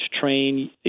train